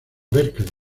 berkeley